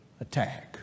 attack